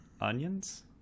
onions